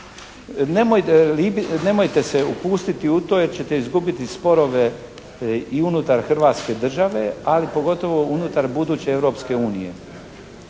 … se upustiti u to jer ćete izgubiti sporove i unutar Hrvatske države, ali pogotovo unutar buduće Europske unije.